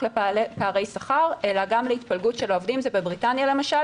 לפערי שכר אלא גם להתפלגות של העובדים בבריטניה למשל